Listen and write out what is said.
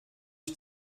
ich